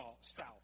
south